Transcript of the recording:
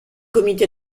comité